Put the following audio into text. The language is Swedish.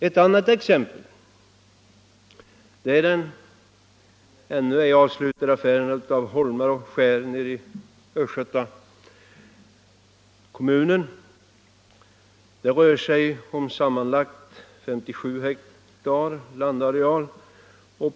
Ett annat exempel är den ännu ej avslutade affären rörande holmar och skär i Östergötlands skärgård. Det rör sig om sammanlagt 57 hektar landareal.